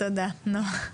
בבקשה, נועה.